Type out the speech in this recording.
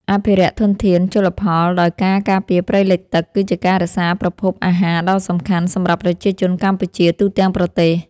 អភិរក្សធនធានជលផលដោយការការពារព្រៃលិចទឹកគឺជាការរក្សាប្រភពអាហារដ៏សំខាន់សម្រាប់ប្រជាជនកម្ពុជាទូទាំងប្រទេស។